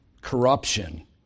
corruption